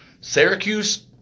Syracuse